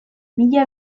mila